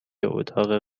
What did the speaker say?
اتاق